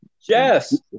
Yes